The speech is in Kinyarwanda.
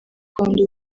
rwanda